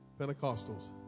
pentecostals